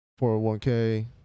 401k